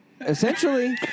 Essentially